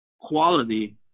quality